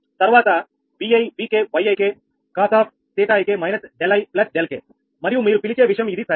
తర్వాత Vi Vk Yik cos𝜃ik − 𝛿i 𝛿k మరియు మీరు పిలిచే విషయం ఇది సరేనా